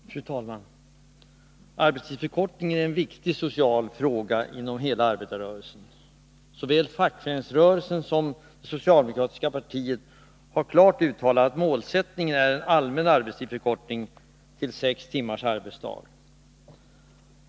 Fru talman! Arbetstidsförkortningen är en viktig social fråga inom hela arbetarrörelsen. Såväl fackföreningsrörelsen som det socialdemokratiska partiet har klart uttalat att målsättningen är en allmän arbetstidsförkortning till sex timmars arbetsdag.